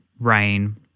rain